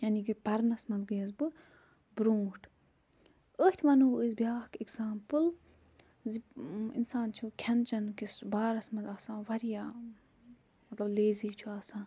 یعنی کہ پرنَس منٛز گٕیَس بہٕ برٛونٛٹھ أتھۍ وَنو أسۍ بیٛاکھ ایٚکزامپٕل زِ اِنسان چھُ کھیٚن چیٚن کِس بارَس منٛز آسان واریاہ مطلب لیزی چھُ آسان